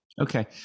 okay